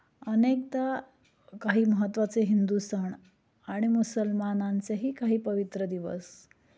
अनेकदा काही महत्त्वाचे हिंदू सण आणि मुसलमानांचेही काही पवित्र दिवस